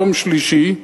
יום שלישי,